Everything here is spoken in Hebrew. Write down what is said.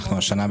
השנה,